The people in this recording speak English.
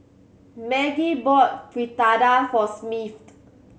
Maggie bought Fritada for Smith